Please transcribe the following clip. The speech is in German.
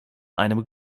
einem